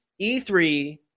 E3